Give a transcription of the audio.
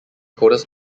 coldest